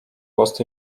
was